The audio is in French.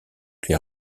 les